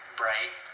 bright